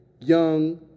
Young